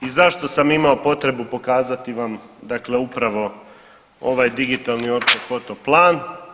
I zašto sam imao potrebu pokazati vam, dakle upravo ovaj digitalni ortofoto plan?